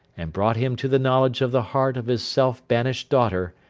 and brought him to the knowledge of the heart of his self-banished daughter,